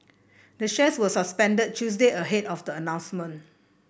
the shares were suspended Tuesday ahead of the announcement